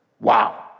Wow